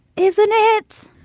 isn't it?